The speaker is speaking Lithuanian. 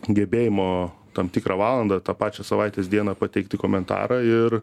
gebėjimo tam tikrą valandą tą pačią savaitės dieną pateikti komentarą ir